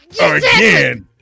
again